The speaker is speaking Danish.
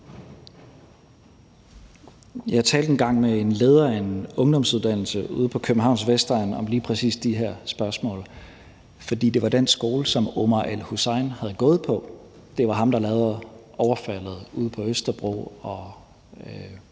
Jeg talte engang med en leder af en ungdomsuddannelse ude på Københavns Vestegn om lige præcis de her spørgsmål. For det var den skole, som Omar el-Hussein havde gået på. Det var ham, der begik overfaldet ude på Østerbro og